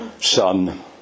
Son